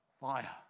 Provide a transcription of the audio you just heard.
fire